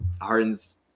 Harden's